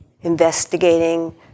Investigating